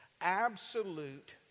absolute